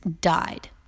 died